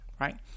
right